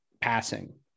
passing